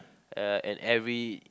uh and every